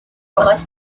race